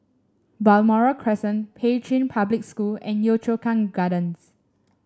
Balmoral Crescent Pei Chun Public School and Yio Chu Kang Gardens